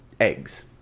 eggs